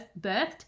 birthed